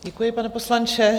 Děkuji, pane poslanče.